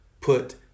put